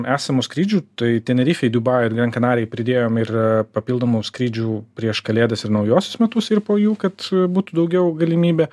esamų skrydžių tai tenerifei dubajui ir gran kanarijai pridėjom ir papildomų skrydžių prieš kalėdas ir naujuosius metus ir po jų kad būtų daugiau galimybė